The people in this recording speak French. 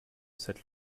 cette